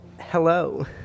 Hello